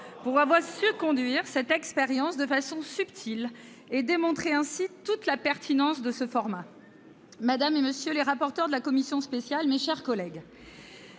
pour avoir su conduire cette expérience de façon subtile, et démontrer ainsi toute la pertinence de ce format -, madame, monsieur les rapporteurs de la commission spéciale, mes chers collègues,